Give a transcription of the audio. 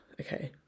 Okay